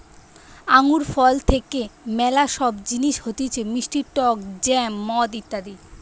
আঙ্গুর ফল থেকে ম্যালা সব জিনিস হতিছে মিষ্টি টক জ্যাম, মদ ইত্যাদি